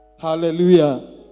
Hallelujah